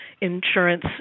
Insurance